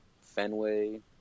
Fenway